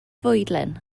fwydlen